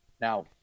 Now